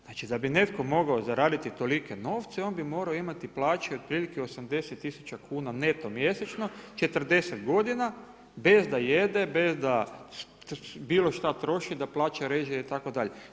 Znači da bi netko mogao zaraditi tolike novce on bi morao imati od plaću od prilike 80 tisuća kuna neto mjesečno 40 godina, bez da jede, bez da bilo šta troši, plaća režije itd.